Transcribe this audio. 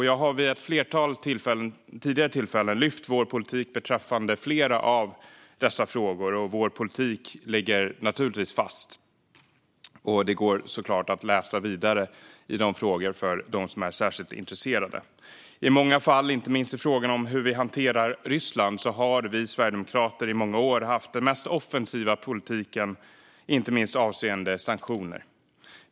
Jag har vid ett flertal tidigare tillfällen lyft upp vår politik beträffande flera av dessa frågor, och vår politik ligger naturligtvis fast. Det går såklart att läsa vidare för dem som är särskilt intresserade. I många fall, inte minst i frågor om hur vi hanterar Ryssland, har vi Sverigedemokrater i många år haft den mest offensiva politiken bland annat avseende sanktioner.